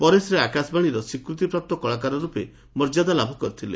ପରେ ସେ ଆକାଶବାଶୀରେ ସ୍ୱୀକୃତିପ୍ରାପ୍ତ କଳାକାର ରୂପେ ମର୍ଯ୍ୟାଦା ଲାଭ କରିଥିଲେ